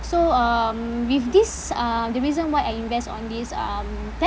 so um with this uh the reason why I invest on this um